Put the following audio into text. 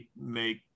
make